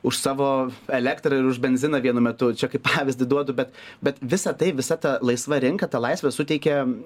už savo elektrą ir už benziną vienu metu čia kaip pavyzdį duodu bet bet visa tai visa ta laisva rinka ta laisvė suteikia